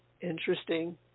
interesting